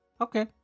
okay